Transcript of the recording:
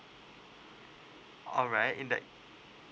alright in that